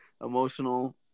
Emotional